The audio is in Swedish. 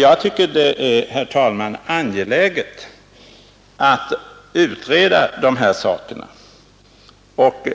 Jag tycker, herr talman, att det är angeläget att utreda dessa frågor, och